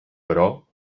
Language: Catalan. però